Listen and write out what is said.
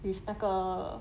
with 那个